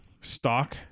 Stock